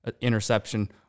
interception